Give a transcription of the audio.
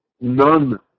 none